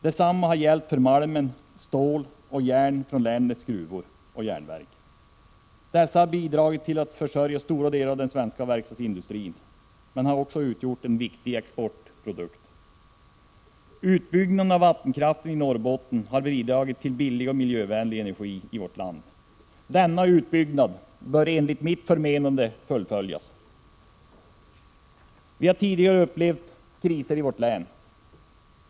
Detsamma har gällt för malm, stål och järn från länets gruvor och järnverk. Dessa har bidragit till att försörja stora delar av den svenska verkstadsindustrin, men de har också utgjort basen för viktiga exportprodukter. Utbyggnaden av vattenkraften i Norrbotten har bidragit till billig och miljövänlig energi i vårt land. Denna utbyggnad bör enligt mitt förmenande fullföljas. Vi har tidigare upplevt kriser i vårt län.